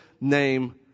name